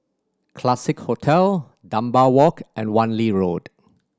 Classique Hotel Dunbar Walk and Wan Lee Road